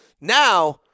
Now